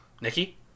Nikki